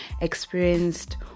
experienced